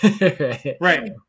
Right